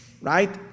right